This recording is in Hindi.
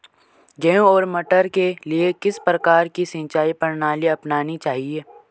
गेहूँ और मटर के लिए किस प्रकार की सिंचाई प्रणाली अपनानी चाहिये?